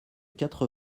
quatre